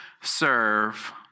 serve